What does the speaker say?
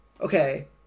Okay